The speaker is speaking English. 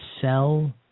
sell